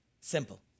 simple